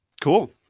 Cool